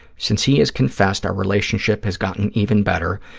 since he has confessed, our relationship has gotten even better,